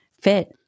fit